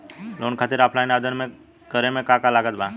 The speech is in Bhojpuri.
लोन खातिर ऑफलाइन आवेदन करे म का का लागत बा?